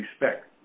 Respect